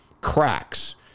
cracks